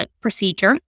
procedure